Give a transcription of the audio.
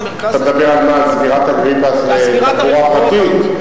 אתה מדבר על סגירת אגריפס לתחבורה פרטית?